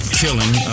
killing